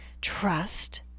Trust